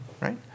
right